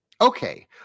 Okay